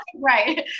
Right